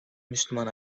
müslüman